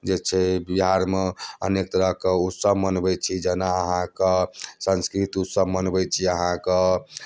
जे छै बिहारमे अनेक तरहके उत्सव मनबैत छी जेना अहाँकेँ संस्कृत उत्सव मनबैत छी अहाँ कऽ